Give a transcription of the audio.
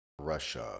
Russia